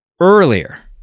Earlier